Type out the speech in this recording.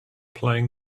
playing